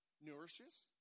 Nourishes